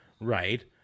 right